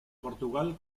portugal